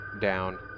down